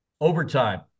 overtime